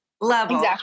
level